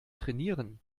trainieren